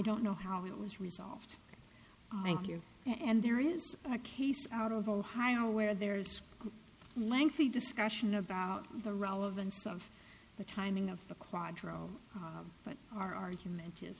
don't know how it was resolved thank you and there is a case out of ohio where there's a lengthy discussion about the relevance of the timing of the quadro but our argument is